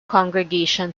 congregation